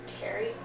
Terry